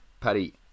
Paddy